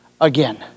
again